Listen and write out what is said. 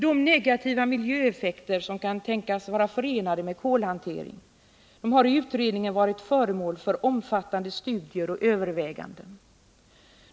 De negativa miljöeffekter som kan tänkas vara förenade med kolhanteringen har i utredningen varit föremål för omfattande studier och överväganden.